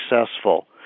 successful